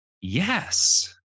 Yes